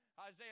Isaiah